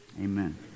amen